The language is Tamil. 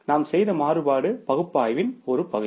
நாம் செய்த மாறுபாடு பகுப்பாய்வின் ஒரு பகுதி